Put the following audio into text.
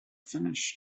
finished